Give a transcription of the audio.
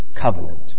covenant